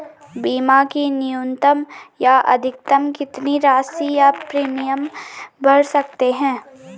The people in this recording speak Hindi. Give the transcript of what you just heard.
बीमा की न्यूनतम या अधिकतम कितनी राशि या प्रीमियम भर सकते हैं?